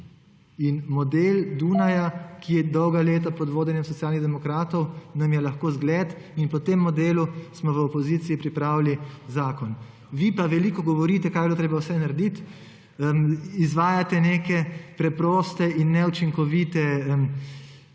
Model Dunaja, ki je dolga leta pod vodenjem Socialnih demokratov, nam je lahko zgled in po tem modelu smo v opoziciji pripravili zakon. Vi pa veliko govorite, kaj bi bilo treba vse narediti, izvajate neke preproste in neučinkovite ukrepe